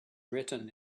written